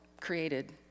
created